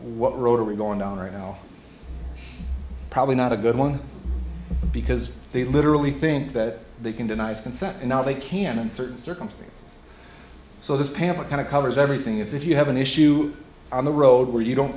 what road are we going down right now probably not a good one because they literally think that they can denies consent and now they can and certain circumstance so this pamphlet kind of covers everything as if you have an issue on the road where you don't